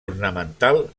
ornamental